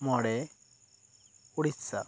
ᱢᱚᱬᱮ ᱳᱰᱤᱥᱟ